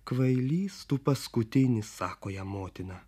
kvailys tu paskutinis sako jam motina